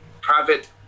private